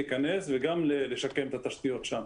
להיכנס וגם לשקם את התשתיות שם.